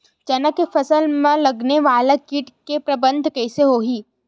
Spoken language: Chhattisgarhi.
चना के फसल में लगने वाला कीट के प्रबंधन कइसे होथे?